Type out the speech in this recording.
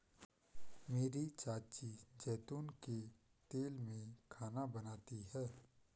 मेरी चाची जैतून के तेल में खाना बनाती है